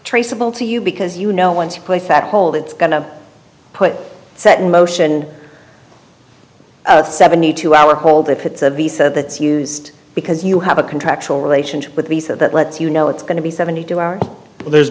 traceable to you because you know once you place that hole it's going to put set in motion seventy two hour hold that pits of the said that's used because you have a contractual relationship with these that lets you know it's going to be seventy two hours there's